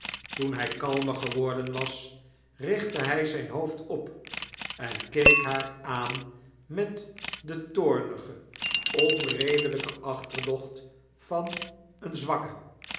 toen hy kalmer geworden was richtte hy zyn hoofd op en keek haar aan met de toornige onredelijke achterdocht van een zwakke